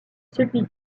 celui